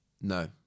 No